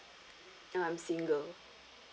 ah I'm single